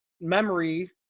memory